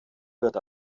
wird